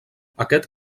aquest